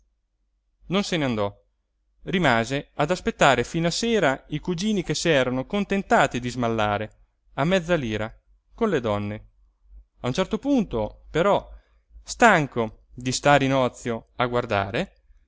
non se n'andò rimase ad aspettare fino a sera i cugini che s'erano contentati di smallare a mezza lira con le donne a un certo punto però stanco di stare in ozio a guardare